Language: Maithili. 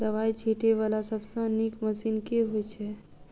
दवाई छीटै वला सबसँ नीक मशीन केँ होइ छै?